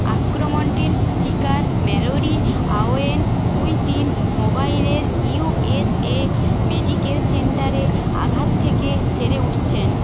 আক্রমণটির শিকার Mallory Owens দুই তিন মোবাইলের ইউ এস এ মেডিকেল সেন্টারে আঘাত থেকে সেরে উঠছেন